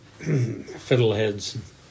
Fiddleheads